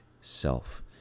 self